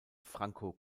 franko